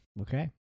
Okay